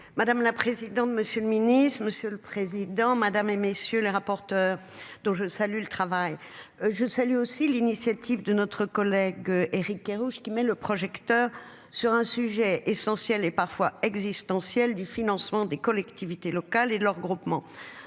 Madame la présidente. Monsieur le Ministre, monsieur le Président Madame et messieurs les rapporteurs dont je salue le travail. Je salue aussi l'initiative de notre collègue Éric Kerrouche qui met le projecteur sur un sujet essentiel et parfois existentiel du financement des collectivités locales et leurs groupements